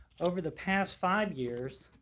over the past five years,